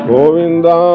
Govinda